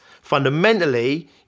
Fundamentally